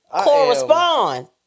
Correspond